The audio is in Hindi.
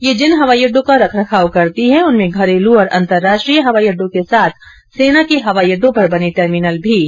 यह जिन हवाई अड्डों का रखरखाव करती है उनमें घरेलू तथा अंतर्राष्ट्रीय हवाई अड्डों के साथ सेना के हवाई अड्डों पर बने टर्मिनल भी शामिल है